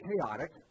chaotic